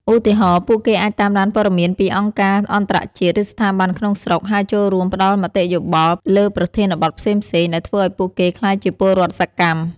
ឧទាហរណ៍ ពួកគេអាចតាមដានព័ត៌មានពីអង្គការអន្តរជាតិ ឬស្ថាប័នក្នុងស្រុក ហើយចូលរួមផ្តល់មតិយោបល់លើប្រធានបទផ្សេងៗ ដែលធ្វើឱ្យពួកគេក្លាយជាពលរដ្ឋសកម្ម ។